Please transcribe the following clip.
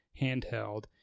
handheld